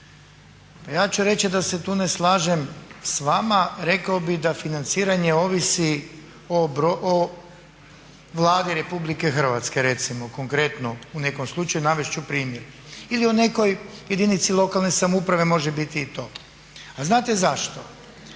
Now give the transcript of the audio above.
ja ću reći da se tu ne slažem s vama, rekao bih da financiranje ovisi o Vladi RH, recimo konkretno u nekom slučaju i navest ću primjer, ili o nekoj jedinici lokalne samouprave može biti i to. A znate zašto?